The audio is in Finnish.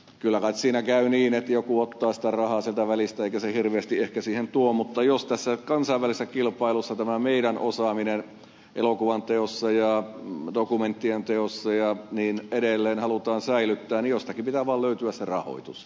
kyllä kai siinä käy niin että joku ottaa sitä rahaa sieltä välistä eikä se hirveästi ehkä siihen tuo mutta jos tässä kansainvälisessä kilpailussa tämä meidän osaamisemme elokuvanteossa ja dokumenttien teossa ja niin edelleen halutaan säilyttää niin jostakin pitää vaan löytyä se rahoitus